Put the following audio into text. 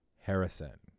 Harrison